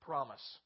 promise